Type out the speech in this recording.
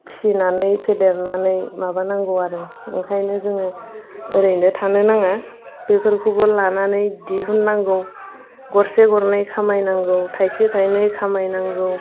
फिसिनानै फेदेरनानै माबानांगौ आरो ओंखायनो जोङो ओरैनो थानो नाङा बेफोरखौबो लानानै दिहुननांगौ गरसे गरनै खामायनांगौ थाइसे थाइनै खामायनांगौ